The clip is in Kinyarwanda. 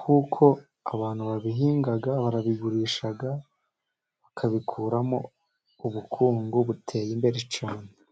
kuko abantu babihinga, barabigurisha, bakabikuramo ubukungu buteye imbere icyuma